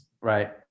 Right